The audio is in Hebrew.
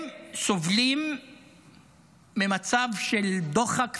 הם סובלים ממצב של דוחק ועוני,